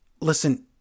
listen